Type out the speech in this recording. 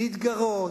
להתגרות,